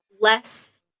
less